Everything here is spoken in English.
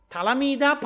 Talamida